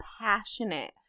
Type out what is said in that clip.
passionate